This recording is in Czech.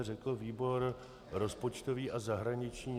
Řekl výbor rozpočtový a zahraniční.